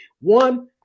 One